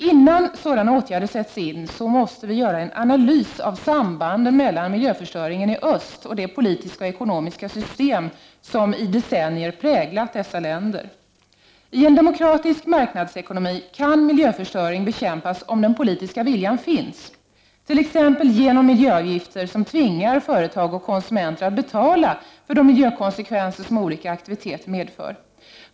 Innan sådana åtgärder sätts in måste vi göra en analys av sambanden mellan miljöförstöringen i öst och det politiska och ekonomiska system som i decennier har präglat dessa länder. I en demokratisk marknadsekonomi kan miljöförstöring bekämpas om den politiska viljan finns, t.ex. genom miljöavgifter som tvingar företag och konsumenter att betala de miljökonsekvenser som olika aktiviteter medför.